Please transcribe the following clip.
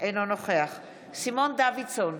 אינו נוכח סימון דוידסון,